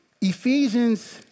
Ephesians